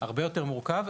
זה הרבה יותר מורכב,